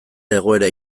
egoera